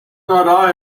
not